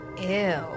Ew